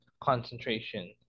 concentration